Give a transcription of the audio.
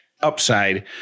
upside